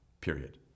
period